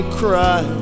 cry